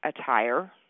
attire